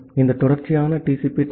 ஆகவே இந்த தொடர்ச்சியான டி